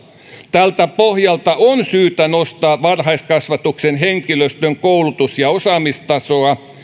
tältä pohjalta on syytä nostaa varhaiskasvatuksen henkilöstön koulutus ja osaamistasoa